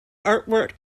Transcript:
artwork